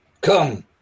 Come